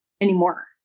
anymore